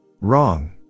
wrong